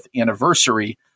anniversary